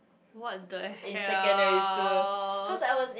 what the hell